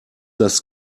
das